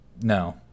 No